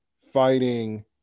fighting